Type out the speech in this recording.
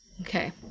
Okay